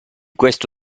questo